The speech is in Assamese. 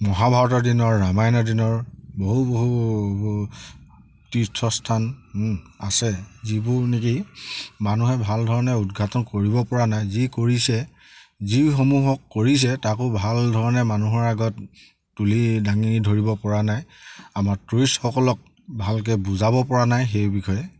মহাভাৰতৰ দিনৰ ৰামায়ণৰ দিনৰ বহু বহু তীৰ্থস্থান আছে যিবোৰ নেকি মানুহে ভাল ধৰণে উদঘাটন কৰিব পৰা নাই যি কৰিছে যিসমূহক কৰিছে তাকো ভাল ধৰণে মানুহৰ আগত তুলি দাঙি ধৰিব পৰা নাই আমাৰ টুৰিষ্টসকলক ভালকৈ বুজাব পৰা নাই সেই বিষয়ে